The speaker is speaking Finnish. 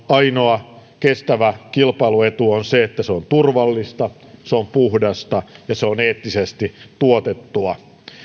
ainoa kestävä kilpailuetu on se että se on turvallista se on puhdasta ja se on eettisesti tuotettua